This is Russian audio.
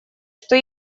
что